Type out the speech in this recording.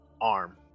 arm